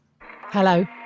Hello